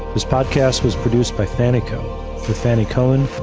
this podcast was produced by fannieco fannie cohen,